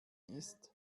ist